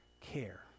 care